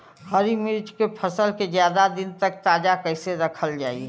हरि मिर्च के फसल के ज्यादा दिन तक ताजा कइसे रखल जाई?